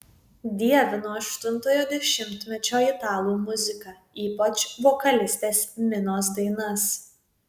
dievinu aštuntojo dešimtmečio italų muziką ypač vokalistės minos dainas